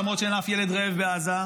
למרות שאין אף ילד רעב בעזה,